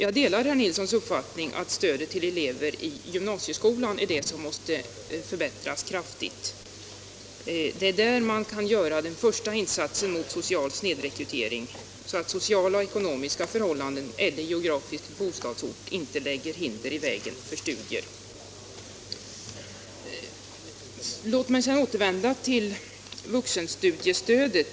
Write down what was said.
Jag delar herr Nilssons uppfattning att stödet till elever i gymnasieskolan måste förbättras kraftigt. Det är där man kan göra den första insatsen mot social snedrekrytering, så att sociala, ekonomiska eller geografiska förhållanden inte lägger hinder i vägen för studier. Låt mig sedan återvända till vuxenstudiestödet.